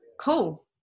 Cool